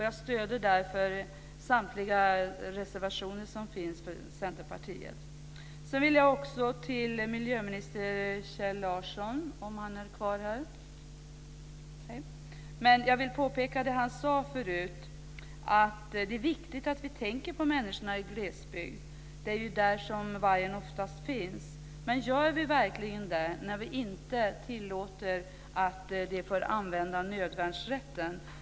Jag stöder därför samtliga Centerpartiets reservationer. Miljöminister Kjell Larsson är inte i kammaren, men jag vill med anledning av det som han tidigare sade framhålla att det är viktigt att vi tänker på människorna i glesbygd. Det är ju där som vargen oftast finns. Men gör vi det när vi inte tillåter att de får använda nödvärnsrätten?